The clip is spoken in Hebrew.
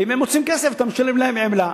ואם הם מוצאים כסף אתה משלם להם עמלה.